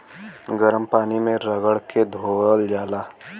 गरम पानी मे रगड़ के धोअल जाला